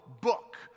book